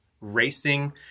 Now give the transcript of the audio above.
racing